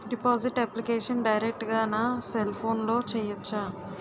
Deposit application direct గా నా cell ఫోన్లో చెయ్యచా?